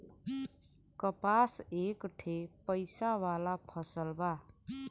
कपास एक ठे पइसा वाला फसल बा